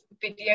video